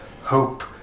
hope